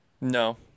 no